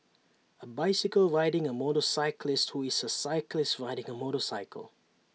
A bicycle riding A motorcyclist who is A cyclist riding A motorcycle